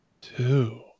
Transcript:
two